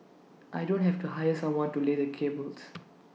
I don't have to hire someone to lay the cables